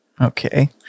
okay